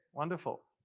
wonderful.